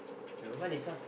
uh what they saw